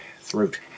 throat